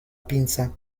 pinza